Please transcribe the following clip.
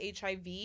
HIV